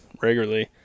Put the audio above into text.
regularly